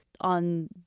on